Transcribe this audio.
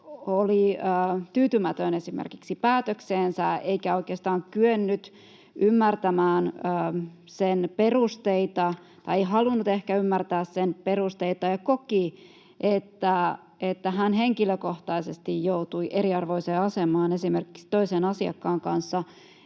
oli tyytymätön esimerkiksi päätökseensä eikä oikeastaan kyennyt ymmärtämään sen perusteita tai ei ehkä halunnut ymmärtää sen perusteita ja koki, että hän henkilökohtaisesti joutui eriarvoiseen asemaan esimerkiksi toiseen asiakkaan kanssa,